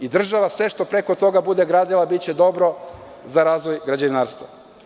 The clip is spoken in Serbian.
I država sve što preko toga bude gradila, biće dobro za razvoj građevinarstva.